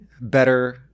better